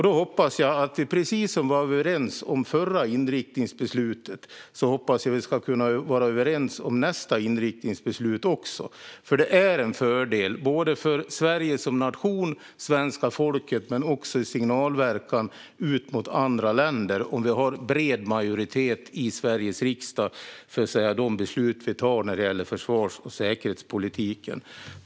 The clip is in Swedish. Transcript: Då hoppas jag att vi, precis som vi var överens om det förra inriktningsbeslutet, ska kunna vara överens om nästa inriktningsbeslut. Det är en fördel både för Sverige som nation och för svenska folket, och det har också signalverkan gentemot andra länder, om vi har bred majoritet i Sveriges riksdag för de beslut vi tar när det gäller försvars och säkerhetspolitiken.